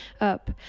up